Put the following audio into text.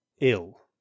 Ill